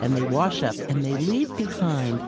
and they wash up, and they leave behind